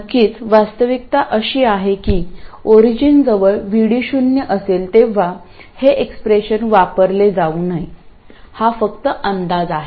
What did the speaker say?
नक्कीच वास्तविकता अशी आहे की ओरिजिनजवळ VD शून्य असेल तेव्हा हे एक्सप्रेशन वापरले जाऊ नये हा फक्त अंदाज आहे